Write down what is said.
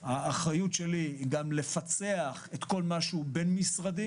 האחריות שלי היא גם לפצח את כל מה שהוא בין משרדי.